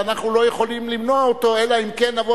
שאנחנו לא יכולים למנוע אותו אלא אם כן נבוא